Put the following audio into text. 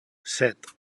set